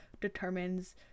determines